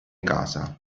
casa